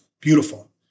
beautiful